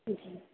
ठीक है